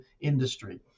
industry